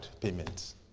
payments